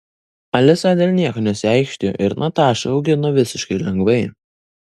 alisa dėl nieko nesiaikštijo ir natašą augino visiškai lengvai